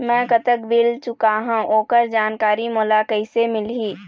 मैं कतक बिल चुकाहां ओकर जानकारी मोला कइसे मिलही?